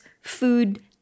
food